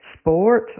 sport